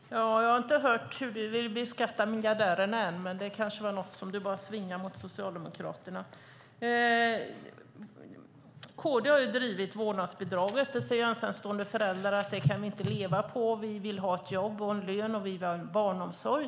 Herr talman! Jag har ännu inte hört hur Roland Utbult vill beskatta miljardärerna, men det kanske bara var något han svingade mot Socialdemokraterna. KD har drivit frågan om vårdnadsbidraget. Ensamstående föräldrar säger att de inte kan leva på det, utan de vill ha ett jobb, en lön och barnomsorg.